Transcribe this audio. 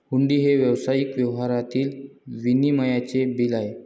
हुंडी हे व्यावसायिक व्यवहारातील विनिमयाचे बिल आहे